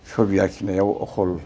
सबि आखिनायाव अखल